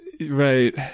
Right